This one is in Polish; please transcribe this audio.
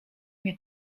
mnie